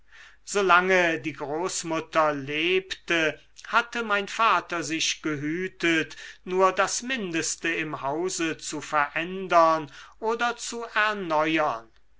solange die großmutter lebte hatte mein vater sich gehütet nur das mindeste im hause zu verändern oder zu erneuern